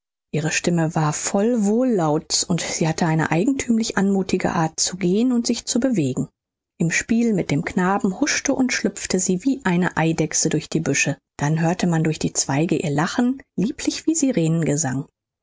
ihre stimme war voll wohllauts und sie hatte eine eigentümlich anmuthige art zu gehen und sich zu bewegen im spiel mit dem knaben huschte und schlüpfte sie wie eine eidechse durch die büsche dann hörte man durch die zweige ihr lachen lieblich wie sirenengesang sie